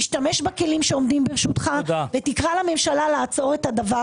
תשתמש בכלים שעומדים לרשותך ותקרא לממשלה לעצור את הדבר